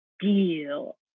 deal